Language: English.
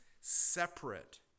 separate